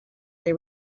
they